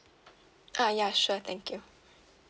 ah ya sure thank you